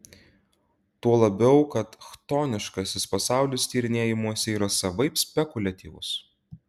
tuo labiau kad chtoniškasis pasaulis tyrinėjimuose yra savaip spekuliatyvus